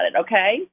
Okay